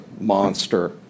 monster